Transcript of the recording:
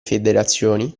federazione